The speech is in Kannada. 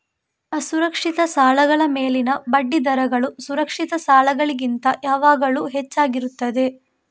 ಅಸುರಕ್ಷಿತ ಸಾಲಗಳ ಮೇಲಿನ ಬಡ್ಡಿ ದರಗಳು ಸುರಕ್ಷಿತ ಸಾಲಗಳಿಗಿಂತ ಯಾವಾಗಲೂ ಹೆಚ್ಚಾಗಿರುತ್ತದೆ